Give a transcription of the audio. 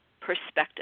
perspective